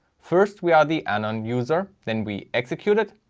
first we are the anon user, then we execute it,